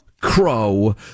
Crow